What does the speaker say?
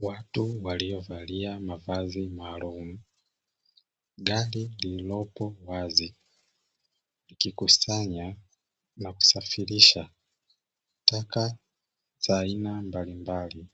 Watu waliovalia mavazi maalumu, gari lililopo wazi likikusanya na kusafirisha taka za aina mbalimbali